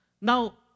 Now